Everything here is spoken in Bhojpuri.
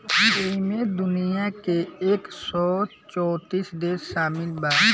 ऐइमे दुनिया के एक सौ चौतीस देश सामिल बा